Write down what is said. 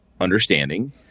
understanding